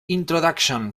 introduction